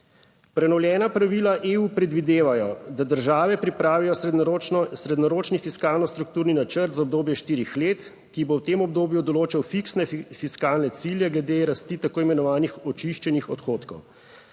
Prenovljena pravila EU predvidevajo, da države pripravijo srednjeročni fiskalno strukturni načrt za obdobje štirih let, ki bo v tem obdobju določal fiksne fiskalne cilje glede rasti tako imenovanih očiščenih odhodkov.